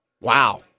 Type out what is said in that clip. Wow